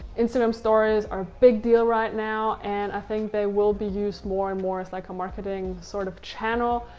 instagram stories are a big deal right now and i think they will be used more and more as like a marketing sort of channel.